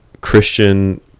christian